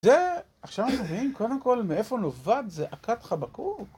זה, עכשיו יודעים, קודם כל, מאיפה נובעת זעקת חבקוק.